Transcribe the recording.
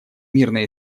мирное